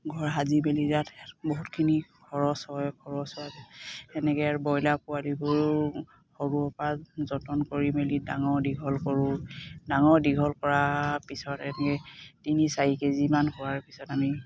ঘৰ সাজি মেলি তাত বহুতখিনি খৰচ হয় খৰচ হয় সেনেকে আৰু ব্ৰইলাৰ পোৱালিবোৰ সৰুৰ পৰা যতন কৰি মেলি ডাঙৰ দীঘল কৰোঁ ডাঙৰ দীঘল কৰাৰ পিছত এনেকে তিনি চাৰি কেজিমান হোৱাৰ পিছত আমি